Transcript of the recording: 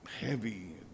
heavy